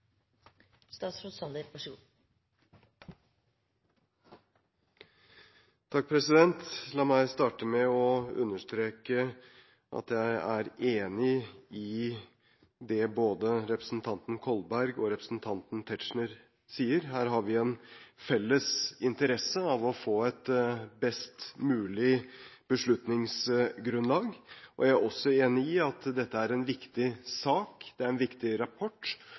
enig i det både representanten Kolberg og representanten Tetzschner sier. Her har vi en felles interesse av å få et best mulig beslutningsgrunnlag. Jeg er også enig i at dette er en viktig sak. Det er en viktig rapport.